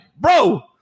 bro